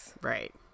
Right